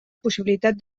possibilitat